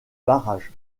barrage